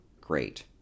Great